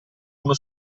uno